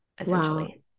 essentially